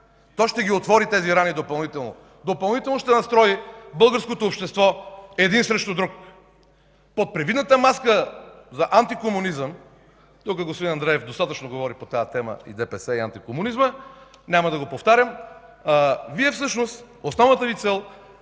а ще ги отвори допълнително! Допълнително ще настрои българското общество – един срещу друг! Под привидната маска за антикомунизъм – тук господин Андреев достатъчно говори по тази тема, и ДПС, няма да го повтарям, всъщност основната Ви цел,